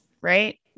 right